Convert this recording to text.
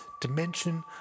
dimension